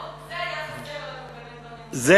זה היה חסר לנו בנאום, זה,